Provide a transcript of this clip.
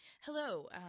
Hello